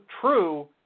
true